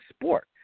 sport